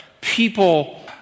people